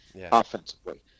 offensively